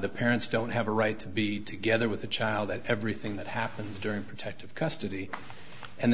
the parents don't have a right to be together with the child and everything that happens during protective custody and